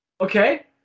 Okay